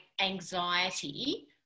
anxiety